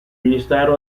ministero